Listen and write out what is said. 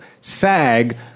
SAG